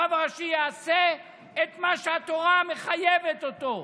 הרב הראשי יעשה את מה שהתורה מחייבת אותו.